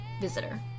Visitor